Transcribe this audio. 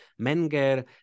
Menger